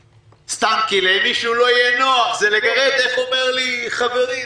סתם כי למישהו לא יהיה נוח איך אומר לי חברי?